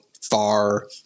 far